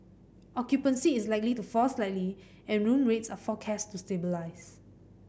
occupancy is likely to fall slightly and room rates are forecast to stabilise